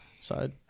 side